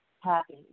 happy